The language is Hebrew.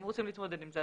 אם רוצים להתמודד עם זה,